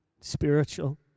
spiritual